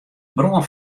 brân